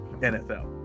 NFL